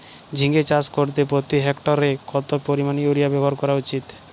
ঝিঙে চাষ করতে প্রতি হেক্টরে কত পরিমান ইউরিয়া ব্যবহার করা উচিৎ?